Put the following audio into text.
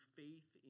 faith